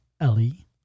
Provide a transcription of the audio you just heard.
ellie